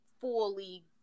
fully